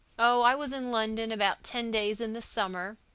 oh, i was in london about ten days in the summer.